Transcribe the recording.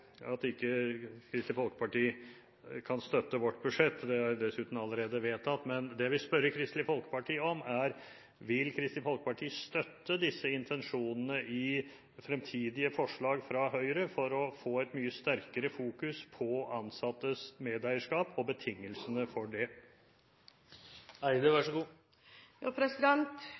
kan støtte vårt budsjett, det er dessuten allerede vedtatt, men det jeg vil spørre Kristelig Folkeparti om, er: Vil Kristelig Folkeparti støtte disse intensjonene i fremtidige forslag fra Høyre for å få et mye sterkere fokus på ansattes medeierskap og betingelsene for det?